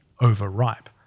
overripe